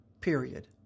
period